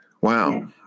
Wow